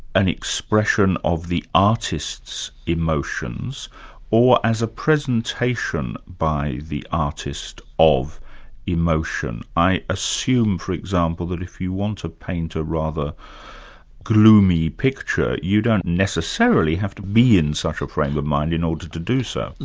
an expression of the artist's emotions or as a presentation by the artist of emotion? i assume, for example, that if you want to paint a rather gloomy picture, you don't necessarily have to be in such a frame of mind in order to do so? look,